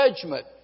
judgment